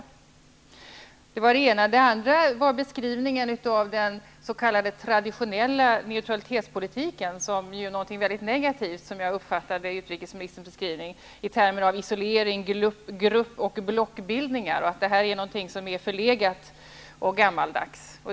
Det var det ena. Det andra gäller beskrivningen av den s.k. traditionella neutralitetspolitiken som -- som jag uppfattade utrikesmininstern -- någonting mycket negativt och i termer av isolering och grupp och blockbildningar, någonting som är förlegat och gammaldags.